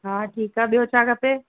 हा ठीकु आहे ॿियो छा खपे